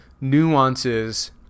nuances